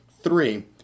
three